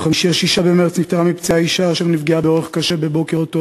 ביום חמישי 6 במרס נפטרה מפצעיה אישה אשר נפגעה קשה בבוקר אותו